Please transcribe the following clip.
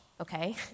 okay